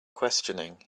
questioning